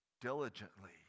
Diligently